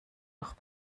noch